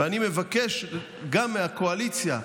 ואני מבקש גם מהקואליציה,